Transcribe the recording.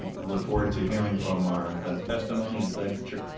i look forward to hearing from our testimony and thank the